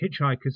hitchhikers